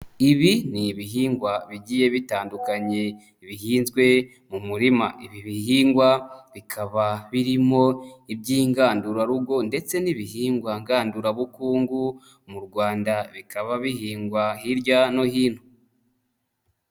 lbi n'ibihingwa bigiye bitandukanye, bihinzwe mu murima. lbi bihingwa bikaba birimo iby'ingandurarugo, ndetse n'ibihingwa ngandurabukungu, mu Rwanda bikaba bihingwa hirya no hino.